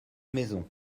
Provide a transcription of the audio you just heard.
maisons